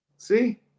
See